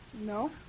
No